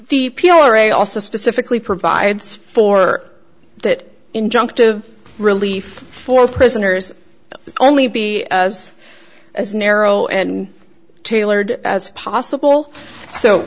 the p r a also specifically provides for that injunctive relief for prisoners only be as as narrow and tailored as possible so